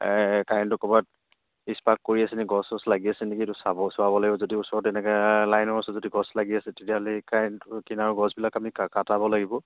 কাৰেণ্টটো ক'বাত ইস্পাৰ্ক কৰি আছে গছ চছ লাগি আছেে কিন্তু চাব চোৱাব লাগিব যদি ওচৰত তেনেকে লাইনৰ ওচৰত যদি গছ লাগি আছে তেতিয়াহ'লে কাৰেণ্ট কিনাৰৰ গছবিলাক আমি কাটাব লাগিব